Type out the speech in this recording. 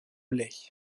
lait